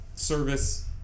service